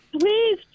Please